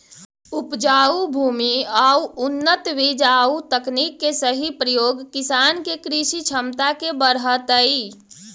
उपजाऊ भूमि आउ उन्नत बीज आउ तकनीक के सही प्रयोग किसान के कृषि क्षमता के बढ़ऽतइ